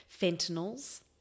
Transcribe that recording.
fentanyls